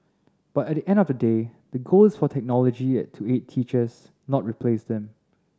but at the end of the day the goal is for technology to aid teachers not replace them